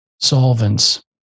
solvents